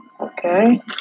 Okay